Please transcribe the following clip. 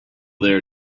there